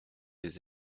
les